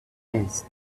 best